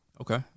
Okay